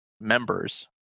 members